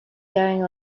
going